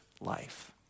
life